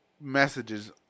messages